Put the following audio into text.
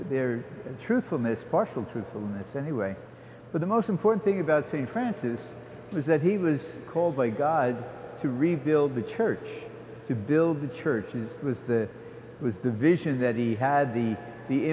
their truthfulness partial truthfulness anyway but the most important thing about st francis was that he was called by god to rebuild the church to build the churches was the was the vision that he had the the